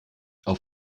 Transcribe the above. auf